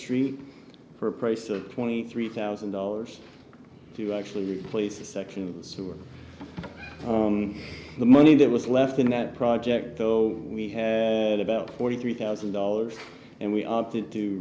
street for a price of twenty three thousand dollars to actually replace the section or the money that was left in that project though we had about forty three thousand dollars and we opted to